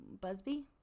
busby